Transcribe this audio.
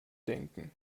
denken